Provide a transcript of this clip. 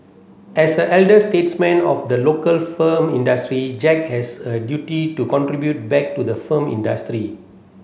as the elder statesman of the local film industry Jack has a duty to contribute back to the film industry